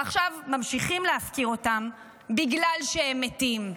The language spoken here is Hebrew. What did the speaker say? ועכשיו ממשיכים להפקיר אותם בגלל שהם מתים.